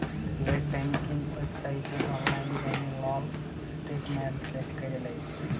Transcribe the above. late banking ওয়েবসাইটে অললাইল যাঁয়ে লল ইসট্যাটমেল্ট চ্যাক ক্যরে লেই